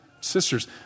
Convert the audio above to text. sisters